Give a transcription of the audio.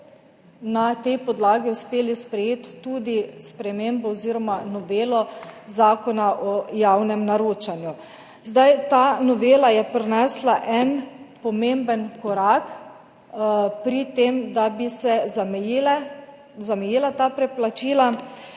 na tej podlagi uspeli sprejeti tudi spremembo oziroma novelo Zakona o javnem naročanju. Ta novela je prinesla en pomemben korak pri tem, da bi se zamejila ta preplačila,